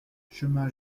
chemin